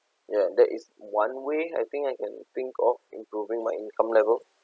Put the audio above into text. ya that is one way I think I can think of improving my income level